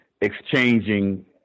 exchanging